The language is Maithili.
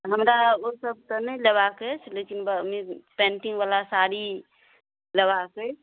हमरा ओ सब तऽ नहि लेबाक अछि लेकिन एमेजिंग पेन्टिंग बला साड़ी लेबाक अछि